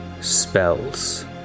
spells